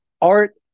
art